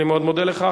אני מאוד מודה לך.